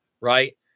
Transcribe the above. right